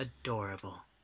Adorable